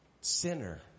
Sinner